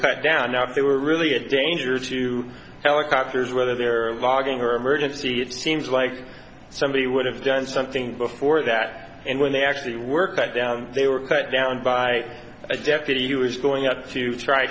cut down now if they were really a danger to helicopters whether they're logging or emergency it seems like somebody would have done something before that and when they actually work that down they were cut down by a deputy who was going out to try